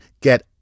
Get